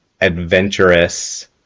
adventurous